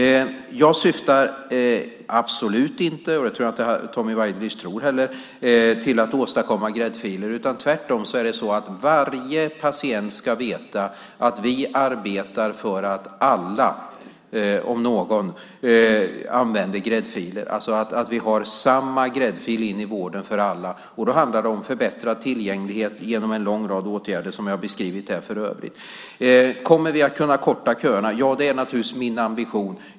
Jag syftar absolut inte, och det tror jag inte heller att Tommy Waidelich tror, till att åstadkomma gräddfiler. Tvärtom ska varje patient veta att vi arbetar för att alla, om någon, använder gräddfiler, alltså att vi har samma gräddfil för alla in i vården. Det handlar om förbättrad tillgänglighet genom en lång rad åtgärder som jag beskrivit här. Kommer vi att kunna korta köerna? Ja, det är naturligtvis min ambition.